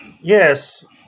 Yes